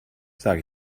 sag